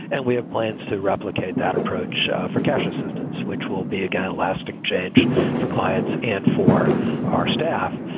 and we have plans to replicate that approach for cash assistance, which will be again, lasting change for clients and for our staff.